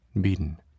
beaten